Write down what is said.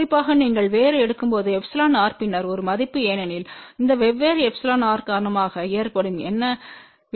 குறிப்பாக நீங்கள் வேறு எடுக்கும்போது εrபின்னர் 1 மதிப்பு ஏனெனில் இந்த வெவ்வேறு εr காரணமாக ஏற்படும் என்ன விட1